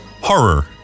Horror